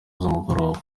z’umugoroba